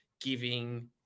giving